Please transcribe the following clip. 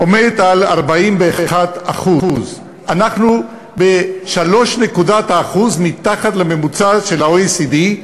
עומד על 41%. אנחנו ב-3 נקודות האחוז מתחת לממוצע של ה-OECD,